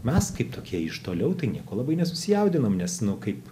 mes kaip tokie iš toliau tai nieko labai nesusijaudinom nes nu kaip